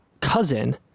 cousin